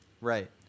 Right